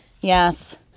yes